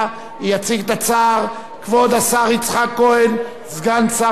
יציג את ההצעה כבוד השר יצחק כהן, סגן שר האוצר.